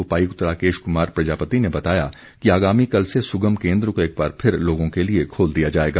उपायुक्त राकेश कुमार प्रजापति ने बताया कि आगामी कल से सुगम केन्द्र को एक बार फिर लोगों के लिए खोल दिया जाएगा